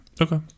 Okay